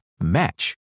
Match